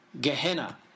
Gehenna